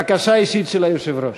בקשה אישית של היושב-ראש.